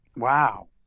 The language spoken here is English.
Wow